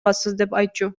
айтчу